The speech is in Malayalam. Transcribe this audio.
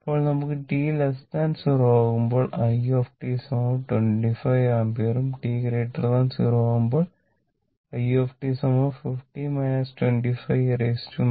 അപ്പോൾ നമുക്ക് t0 ആകുമ്പോൾ i 25 ആമ്പിയർ ഉം t0 ആകുമ്പോൾ i 50 25 e 0